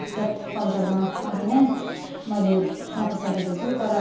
ticket काउन्टरमा अघि नै मैले काटिसकेको छु तर